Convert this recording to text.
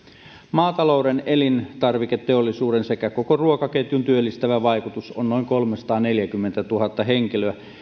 maatalouden elintarviketeollisuuden sekä koko ruokaketjun työllistävä vaikutus on noin kolmesataaneljäkymmentätuhatta henkilöä